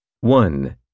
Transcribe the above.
One